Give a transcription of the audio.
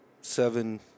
seven